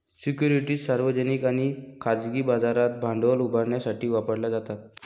securities सार्वजनिक आणि खाजगी बाजारात भांडवल उभारण्यासाठी वापरल्या जातात